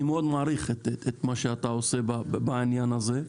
אני מאוד מעריך את מה שאתה עושה בעניין הזה.